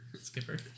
skipper